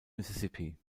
mississippi